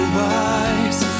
wise